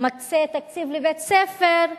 מקצה תקציב לבית-ספר,